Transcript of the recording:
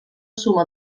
suma